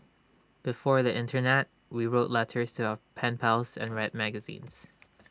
before the Internet we wrote letters to our pen pals and read magazines